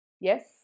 Yes